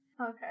okay